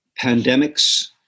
pandemics